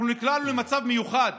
אנחנו נקלענו למצב מיוחד.